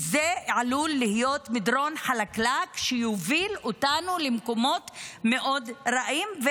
זה עלול להיות מדרון חלקלק שיוביל אותנו למקומות מאוד רעים.